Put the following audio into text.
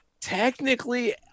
technically